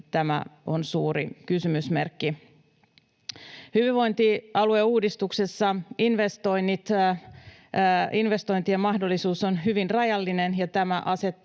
tämä on suuri kysymysmerkki. Hyvinvointialueuudistuksessa investointien mahdollisuus on hyvin rajallinen, ja tämä asettaa